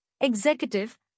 executive